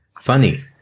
Funny